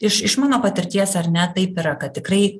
iš iš mano patirties ar ne taip yra kad tikrai